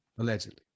allegedly